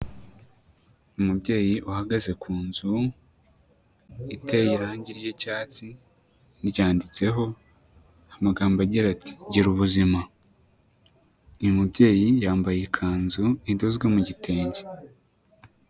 Umubyeyi uhagaze ku nzu iteye irangi ry'icyatsi, ryanditseho amagambo agira ati girubuzima, uyu mubyeyi yambaye ikanzu idozwe mu gitenge.